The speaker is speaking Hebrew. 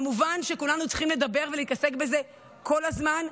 כמובן שכולנו צריכים לדבר ולהתעסק בזה כל הזמן,